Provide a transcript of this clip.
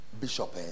Bishop